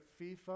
FIFA